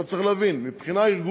עכשיו, צריך להבין: מבחינה ארגונית